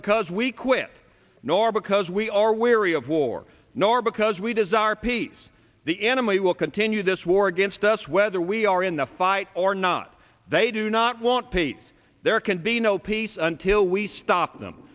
because we quit nor because we are weary of war nor but does we desire peace the enemy will continue this war against us whether we are in the fight or not they do not want peace there can be no peace until we stop them